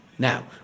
Now